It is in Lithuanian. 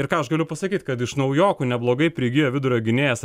ir ką aš galiu pasakyt kad iš naujokų neblogai prigijo vidurio gynėjas